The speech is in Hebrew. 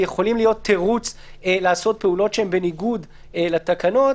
ויכולים להיות תירוץ לעשות פעולות שהן בניגוד לתקנות.